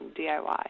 DIY